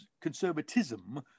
conservatism